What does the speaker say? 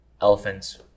elephants